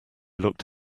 looked